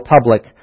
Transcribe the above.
public